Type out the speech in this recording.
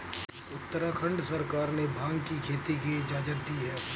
उत्तराखंड सरकार ने भाँग की खेती की इजाजत दी है